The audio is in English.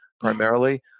Primarily